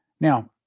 Now